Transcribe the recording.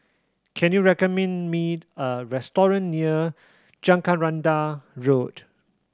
can you recommend me a restaurant near Jacaranda Road